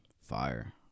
Fire